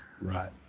Right